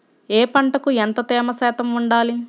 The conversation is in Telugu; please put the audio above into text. ఏ పంటకు ఎంత తేమ శాతం ఉండాలి?